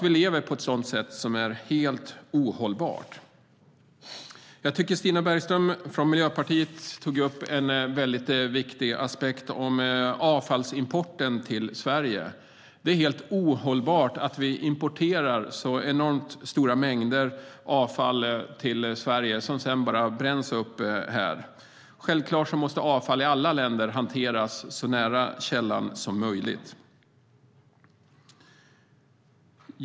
Vi lever på ett sätt som är helt ohållbart. Jag tycker att Stina Bergström från Miljöpartiet tog upp en väldigt viktig aspekt på avfallsimporten till Sverige. Det är helt ohållbart att vi importerar enormt stora mängder avfall till Sverige som sedan bara bränns upp här. Självklart måste avfall i alla länder hanteras så nära källan som möjligt.